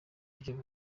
buryo